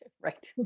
Right